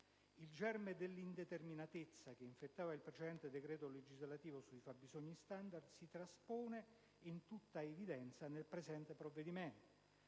Il germe dell'indeterminatezza che infettava il precedente decreto legislativo sui fabbisogni standard si traspone, in tutta evidenza, nel presente provvedimento.